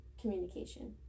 communication